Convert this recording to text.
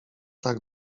tak